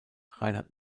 reinhard